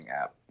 app